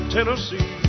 Tennessee